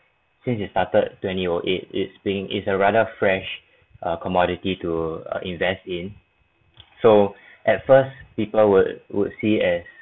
since you started twenty O eight it's being it's a rather fresh uh commodity to uh invest in so at first people would would see as